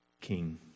King